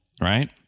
right